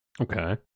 okay